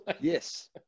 Yes